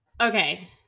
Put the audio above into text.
Okay